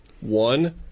one